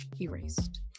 Erased